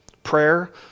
Prayer